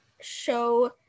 show